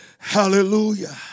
Hallelujah